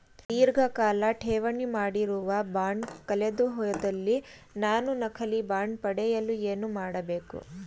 ಧೀರ್ಘಕಾಲ ಠೇವಣಿ ಮಾಡಿರುವ ಬಾಂಡ್ ಕಳೆದುಹೋದಲ್ಲಿ ನಾನು ನಕಲಿ ಬಾಂಡ್ ಪಡೆಯಲು ಏನು ಮಾಡಬೇಕು?